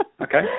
okay